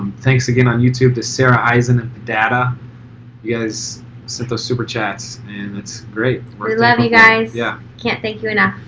thanks again on youtube to sarah eisen and pedada. you guys sent those super chats and that's great. we love you guys. yeah. can't thank you enough.